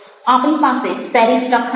આપણી પાસે સેરિફ લખાણ છે